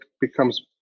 becomes